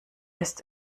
ist